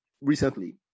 recently